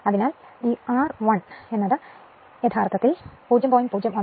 അതിനാൽ ഈ R1 യഥാർത്ഥത്തിൽ ഈ R യഥാർത്ഥത്തിൽ ഇതിന് 0